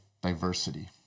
diversity